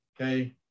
okay